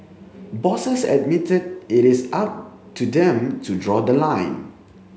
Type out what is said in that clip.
bosses admitted it is up to them to draw the line